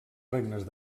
regnes